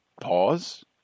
pause